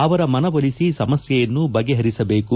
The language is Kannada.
ಅವರ ಮನವೊಲಿಸಿ ಸಮಸ್ಥೆಯನ್ನು ಬಗೆಪರಿಸಬೇಕು